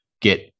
get